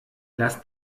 lass